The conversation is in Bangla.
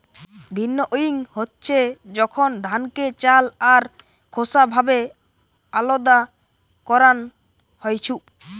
ভিন্নউইং হচ্ছে যখন ধানকে চাল আর খোসা ভাবে আলদা করান হইছু